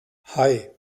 hei